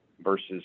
versus